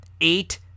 eight